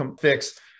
fix